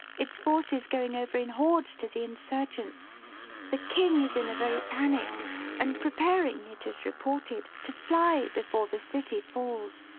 its forces going over in hordes to the insurgents the king is in a very panic and preparing, it is reported, to fly before the city falls.